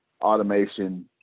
automation